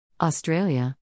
Australia